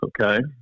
okay